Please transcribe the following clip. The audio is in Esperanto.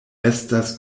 estas